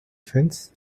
fence